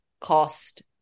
cost